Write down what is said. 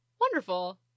wonderful